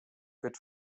wird